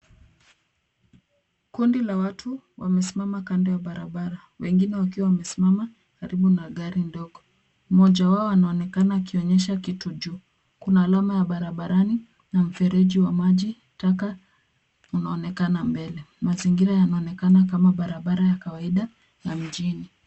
Kundi la watu wamesimama kando ya barabara, wengine wakiwa wamesimama karibu na gari ndogo. Mmoja wao anaonekana akionyesha kitu juu. Kuna alama ya barabarani na mfereji wa majitaka unaonekana mbele. Mazingira yanaonekana kama barabara ya kawaida ya mjini.